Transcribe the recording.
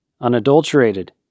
unadulterated